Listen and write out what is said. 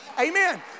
Amen